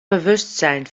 bewustzijn